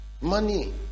money